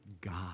God